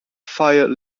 fire